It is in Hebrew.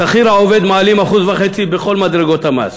לשכיר העובד מעלים 1.5% בכל מדרגות המס